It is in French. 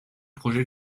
projet